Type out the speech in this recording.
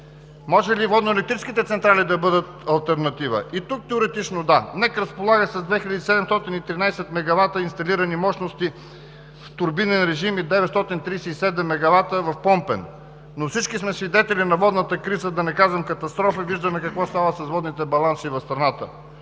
Може ли водноелектрическите централи да бъдат алтернатива? И тук теоретично – да. НЕК разполага с 2713 мегавата инсталирани мощности в турбинен режим и 937 мегавата в помпен. Но всички сме свидетели на водната криза, да не казвам катастрофа и виждаме какво става с водните баланси в страната.